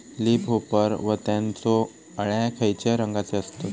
Leaf hopper व त्यानचो अळ्या खैचे रंगाचे असतत?